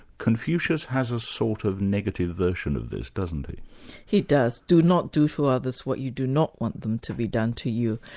confucius has a sort of negative version of this, doesn't he? he does. do not do to others what you do not want them to be done to you.